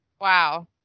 Wow